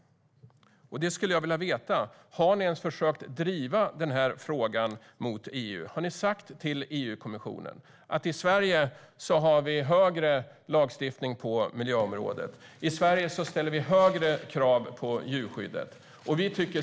Det skulle jag vilja veta. Har ni ens försökt driva den här frågan gentemot EU? Har ni sagt till EU-kommissionen att vi i Sverige har hårdare lagstiftning på miljöområdet, att vi i Sverige ställer högre krav på djurskydd?